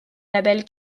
label